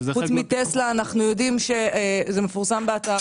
אנחנו יודעים שזה מפורסם באתר.